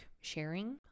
sharing